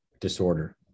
disorder